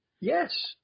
Yes